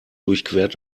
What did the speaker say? durchquert